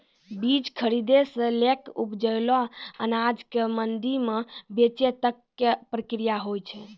बीज खरीदै सॅ लैक उपजलो अनाज कॅ मंडी म बेचै तक के प्रक्रिया हौय छै